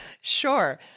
Sure